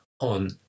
on